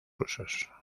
rusos